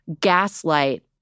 gaslight